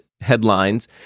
headlines